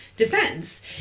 defense